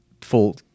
full